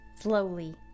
Slowly